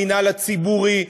המינהל הציבורי,